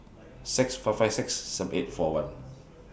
six four five six seven eight four one